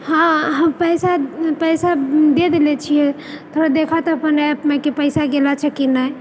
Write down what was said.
हँ हम पैसा पैसा दे देले छियै थोड़ा देखऽ तऽ अपन ऐप मे कि पैसा गेलऽ छह कि नै